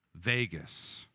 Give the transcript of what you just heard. Vegas